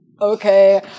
okay